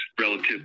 relative